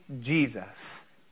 Jesus